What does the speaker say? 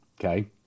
Okay